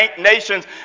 nations